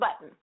button